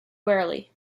wearily